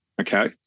okay